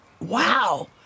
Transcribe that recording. wow